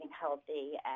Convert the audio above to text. healthy